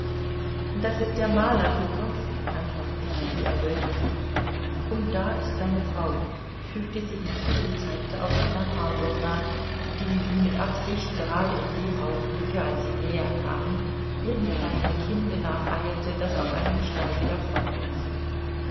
das ist der maler petrow antwortete kitty errötend und da ist seine frau fügte sie hinzu und zeigte auf anna pawlowna die wie mit absicht gerade in dem augenblicke als sie näher kamen ihrem kleinen kinde nacheilte das auf einem steige